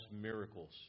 miracles